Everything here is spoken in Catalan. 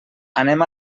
anem